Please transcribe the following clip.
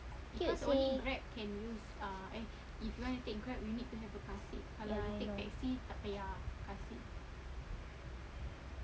cute seh ya I know